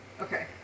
Okay